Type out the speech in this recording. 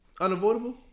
Unavoidable